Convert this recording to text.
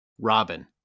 Robin